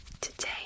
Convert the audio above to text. today